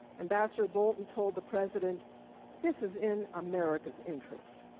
ambassador bolton told the president this is in america's interest.